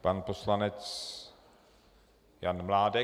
Pan poslanec Jan Mládek.